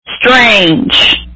strange